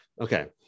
Okay